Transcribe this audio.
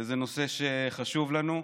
וזה נושא שחשוב לנו.